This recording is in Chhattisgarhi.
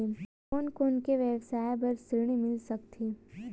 कोन कोन से व्यवसाय बर ऋण मिल सकथे?